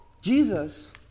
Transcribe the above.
Jesus